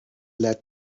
let